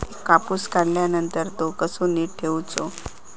कापूस काढल्यानंतर तो कसो नीट ठेवूचो?